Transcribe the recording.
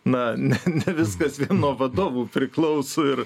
na ne viskas nuo vadovų priklauso ir